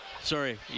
sorry